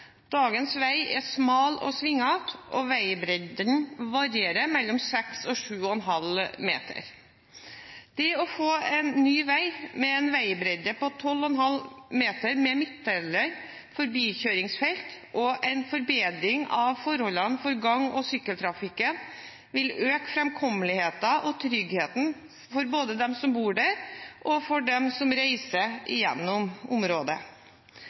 Dagens vei er smal og svingete, og veibredden varierer mellom 6 og 7,5 meter. Det å få en ny vei med en veibredde på 12,5 meter med midtdeler, forbikjøringsfelt og en forbedring av forholdene for gang- og sykkeltrafikken vil øke framkommeligheten og tryggheten både for dem som bor der, og for dem som reiser gjennom området.